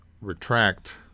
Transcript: retract